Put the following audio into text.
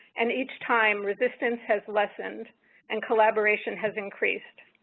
and each time, resistance has lessened and collaboration has increased.